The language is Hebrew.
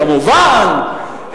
כמובן,